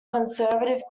conservative